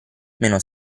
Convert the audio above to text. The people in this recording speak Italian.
meno